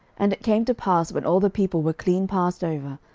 and it came to pass, when all the people were clean passed over,